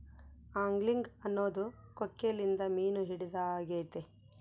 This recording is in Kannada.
ಆಂಗ್ಲಿಂಗ್ ಅನ್ನೊದು ಕೊಕ್ಕೆಲಿಂದ ಮೀನು ಹಿಡಿದಾಗೆತೆ